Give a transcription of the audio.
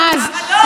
לא, שוכחים את זה.